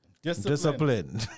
Discipline